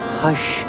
hush